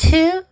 Two